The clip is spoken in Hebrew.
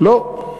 לא.